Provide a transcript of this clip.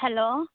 hello